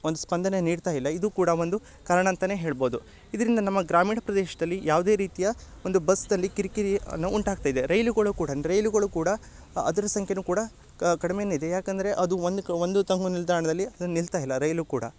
ಒಂದು ಸ್ಪಂದನೆ ನೀಡ್ತಾಯಿಲ್ಲ ಇದು ಕೂಡ ಒಂದು ಕಾರಣ ಅಂತನೆ ಹೇಳ್ಬೋದು ಇದರಿಂದ ನಮ್ಮ ಗ್ರಾಮೀಣ ಪ್ರದೇಶದಲ್ಲಿ ಯಾವುದೇ ರೀತಿಯ ಒಂದು ಬಸ್ದಲ್ಲಿ ಕಿರಿಕಿರಿ ಅನ್ನು ಉಂಟಾಗ್ತಯಿದೆ ರೈಲುಗಳು ಕೂಡ ರೈಲುಗಳು ಕೂಡ ಅದ್ರ ಸಂಖ್ಯೆನು ಕೂಡ ಕಡ್ಮೆನೆ ಇದೆ ಯಾಕಂದರೆ ಅದು ಒಂದು ತಂಗು ನಿಲ್ದಾಣದಲ್ಲಿ ಅದು ನಿಲ್ತಾಯಿಲ್ಲ ರೈಲು ಕೂಡ